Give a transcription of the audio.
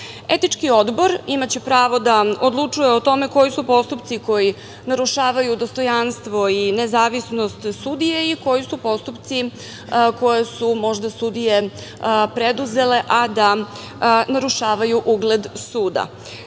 odbor imaće pravo da odlučuje o tome koji su postupci koji narušavaju dostojanstvo i nezavisnost sudije i koji su postupci koje su možda sudije preduzele, a da narušavaju ugled